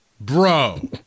bro